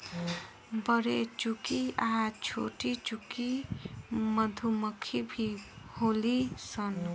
बरेचुकी आ छोटीचुकी मधुमक्खी भी होली सन